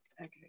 Okay